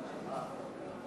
ונשלוט.